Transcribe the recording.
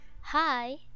Hi